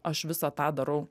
aš visą tą darau